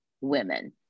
women